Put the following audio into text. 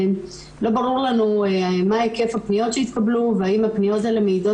לא ברור לנו מה היקף הפניות שהתקבלו והאם הפניות האלה מעידות